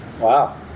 Wow